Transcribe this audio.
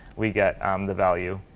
we get um the value,